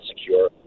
secure